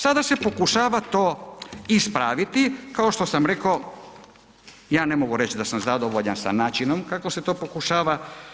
Sada se pokušava to ispraviti, kao što sam reko ja ne mogu reći da sam zadovoljan sa načinom kako se to pokušava.